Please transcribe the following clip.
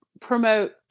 promote